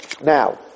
Now